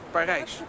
Parijs